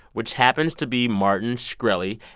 which happens to be martin shkreli,